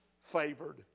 favored